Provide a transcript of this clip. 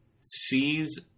sees